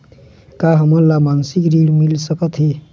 का हमन ला मासिक ऋण मिल सकथे?